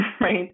right